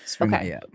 Okay